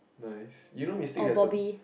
nice you know Mystic has a